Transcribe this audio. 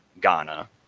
ghana